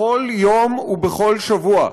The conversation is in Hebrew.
בכל יום ובכל שבוע,